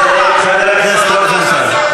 חבר הכנסת רוזנטל.